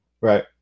right